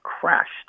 crashed